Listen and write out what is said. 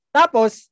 tapos